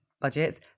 budgets